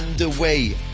underway